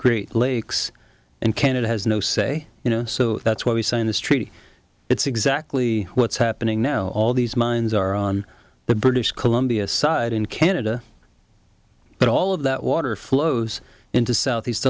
great lakes and canada has no say you know so that's what we say in this treaty it's exactly what's happening now all these mines are on the british columbia side in canada but all of that water flows into southeast